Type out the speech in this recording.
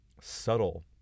subtle